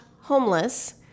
homeless